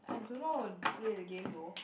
I don't know play the game though